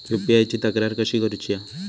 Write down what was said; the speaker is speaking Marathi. यू.पी.आय ची तक्रार कशी करुची हा?